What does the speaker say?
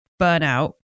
burnout